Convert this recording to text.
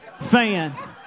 fan